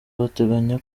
bateganya